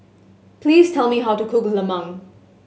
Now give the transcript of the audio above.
please tell me how to cook lemang